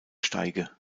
steige